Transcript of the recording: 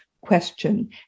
question